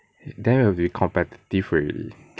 then will be competitive already